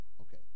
Okay